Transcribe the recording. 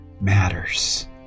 matters